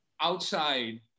outside